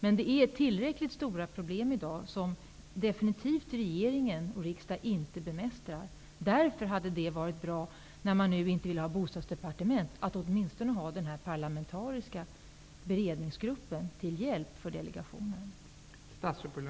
Problemen är i dag så stora att regering och riksdag definitivt inte kan bemästra dem. Därför hade det varit bra, när man nu inte vill ha ett bostadsdepartement, att åtminstone ha den parlamentariska beredningsgruppen till delegationens hjälp.